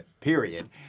period